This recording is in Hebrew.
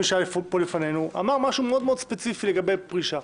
מי שהיה פה לפנינו אמר משהו מאוד מאוד ספציפי לגבי פרישה,